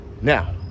Now